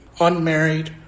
unmarried